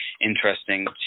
interesting